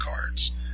cards